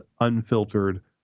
unfiltered